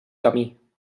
camí